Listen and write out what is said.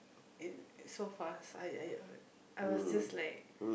so fast I I I was just like